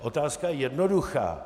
Otázka je jednoduchá.